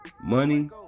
money